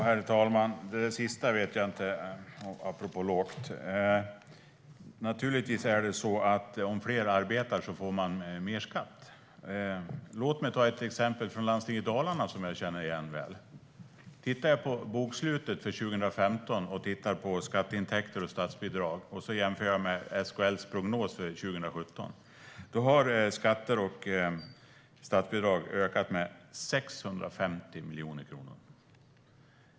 Herr talman! Det sista vet jag inte vad jag ska säga om, apropå lågt. Naturligtvis är det så att man får mer skatt om fler arbetar. Låt mig ta ett exempel från landstinget i Dalarna som jag känner till väl. Jag kan titta på bokslutet för 2015, skatteintäkter och statsbidrag, och jämföra med SKL:s prognos för 2017, då ser jag att skatter och statsbidrag har ökat med 650 miljoner kronor.